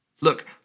Look